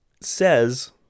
says